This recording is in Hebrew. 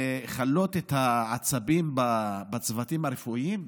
לכלות את העצבים בצוותים הרפואיים?